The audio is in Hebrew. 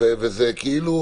זה קצת